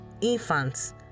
infants